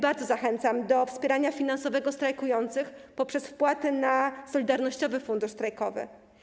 Bardzo zachęcam do wspierania finansowego strajkujących poprzez wpłaty na solidarnościowy fundusz strajkowy.